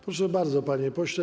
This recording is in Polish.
Proszę bardzo, panie pośle.